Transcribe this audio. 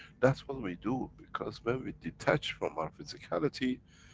that's what we do, because when we detach from our physicality,